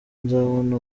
nzabona